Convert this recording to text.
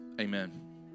amen